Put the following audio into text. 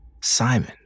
Simon